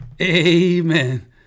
Amen